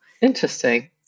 Interesting